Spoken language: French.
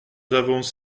avons